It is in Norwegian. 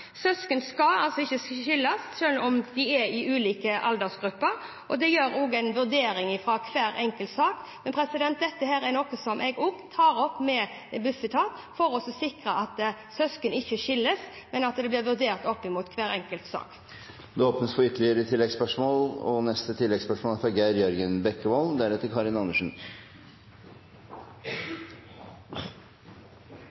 Søsken skal ikke skilles, selv om de tilhører ulike aldersgrupper. Det gjøres også en vurdering i hver enkelt sak. Dette er noe som jeg også tar opp med Bufetat, for å sikre at søsken ikke skilles, men at det blir vurdert i hver enkelt sak. Det åpnes for ytterligere oppfølgingsspørsmål – først Geir Jørgen Bekkevold. Som vi hører, er